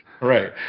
Right